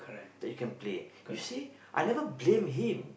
that you can play you see I never blame him